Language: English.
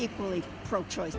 equally pro choice